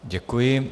Děkuji.